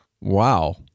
Wow